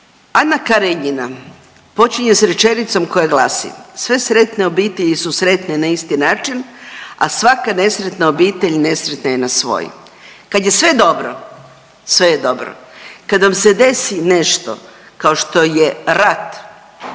Ana Karenjina počinje sa rečenicom koja glasi. Sve sretne obitelji su sretne na isti način, a svaka nesretna obitelj nesretna je na svoj. Kad je sve dobro, sve je dobro. Kad vam se desi nešto kao što je rat,